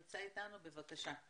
בבקשה.